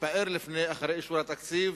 התפאר אחרי אישור התקציב